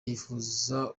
yifuza